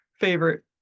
favorite